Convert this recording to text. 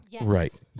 Right